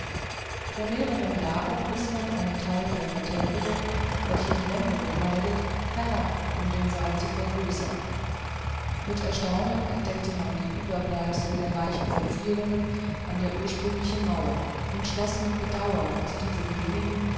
vor mehreren jahren riß man einen teil der vertäfelung welche die wände bekleidet herab um den saal zu vergrößern mit erstaunen entdeckte man die überbleibsel der reichen verzierungen an der ursprünglichen mauer und schloß mit bedauern aus diesem wenigen